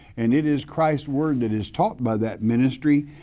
and it is christ's word that is taught by that ministry,